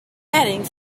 heading